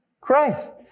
Christ